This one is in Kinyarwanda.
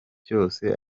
byose